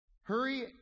Hurry